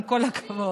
עם כל הכבוד.